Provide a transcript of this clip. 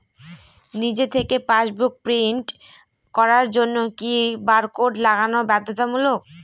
নিজে থেকে passbook print করার জন্য কি বারকোড লাগানো বাধ্যতামূলক?